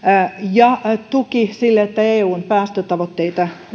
ja tuki sille että eun päästötavoitteita